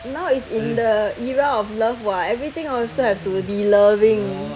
now is in the era of love [what] everything also have to be loving